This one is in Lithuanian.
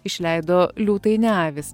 išleido liūtai ne avys